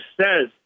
says